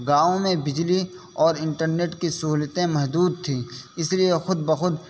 گاؤں میں بجلی اور انٹرنیٹ کی سہولتیں محدود تھیں اس لیے خود بخود